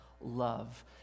love